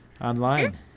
online